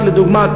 רק לדוגמה,